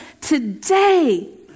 today